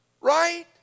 right